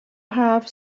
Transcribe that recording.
have